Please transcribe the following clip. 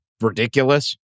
ridiculous